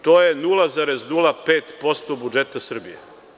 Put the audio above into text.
To je 0,05% budžeta Srbije.